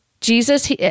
Jesus